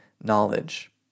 knowledge